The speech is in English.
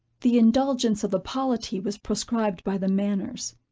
the indulgence of the polity was proscribed by the manners.